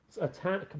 attack